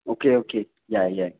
okay okay ꯌꯥꯏꯌꯦ ꯌꯥꯏꯌꯦ